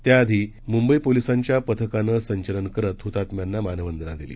त्याआधी मुंबई पोलिसांच्या पथकानं संचलन करत हुतात्म्यांना मानवंदना दिली